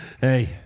Hey